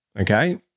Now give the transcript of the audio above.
okay